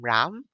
Ram